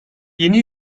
yeni